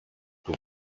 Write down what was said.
του